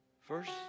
first